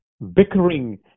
bickering